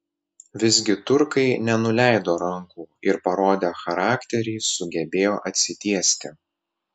visgi turkai nenuleido rankų ir parodę charakterį sugebėjo atsitiesti